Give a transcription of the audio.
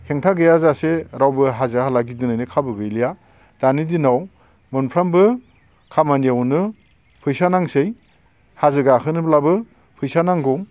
हेंथा गैयाजासे रावबो हाजो हाला गिदिंनायनि खाबु गैलिया दानि दिनाव मोनफ्रोमबो खामानियावनो फैसा नांसै हाजो गाखोनोब्लाबो फैसा नांगौ